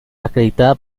acreditada